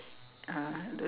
ah the